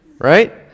Right